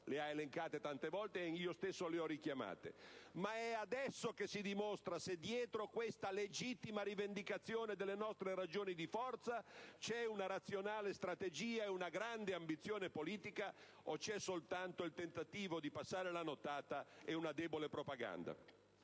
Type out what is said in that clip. Le ha elencate tante volte, e io stesso le ho richiamate. Ma è adesso che si dimostra se dietro questa legittima rivendicazione delle nostre ragioni di forza c'è una razionale strategia e una grande ambizione politica, o solo il tentativo di "passare la nottata" e una debole propaganda.